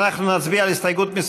מצביעים.